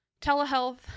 Telehealth